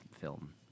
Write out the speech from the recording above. film